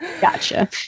Gotcha